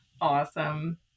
Awesome